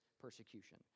persecution